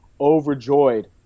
overjoyed